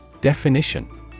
Definition